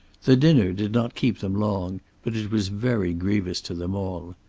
the dinner did not keep them long, but it was very grievous to them all.